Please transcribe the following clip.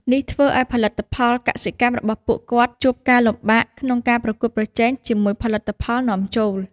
នេះធ្វើឱ្យផលិតផលកសិកម្មរបស់ពួកគាត់ជួបការលំបាកក្នុងការប្រកួតប្រជែងជាមួយផលិតផលនាំចូល។